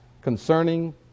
concerning